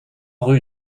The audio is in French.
rue